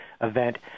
event